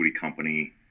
company